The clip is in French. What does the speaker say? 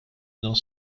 dans